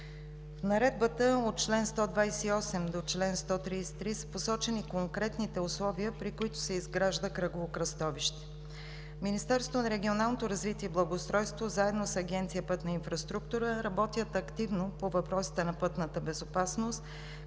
В Наредбата от чл. 28 до чл. 133 са посочени конкретните условия, при които се изгражда кръгово кръстовище. Министерството на регионалното развитие и благоустройството заедно с Агенция „Пътна инфраструктура“ работят активно по въпросите на пътната безопасност,